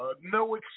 No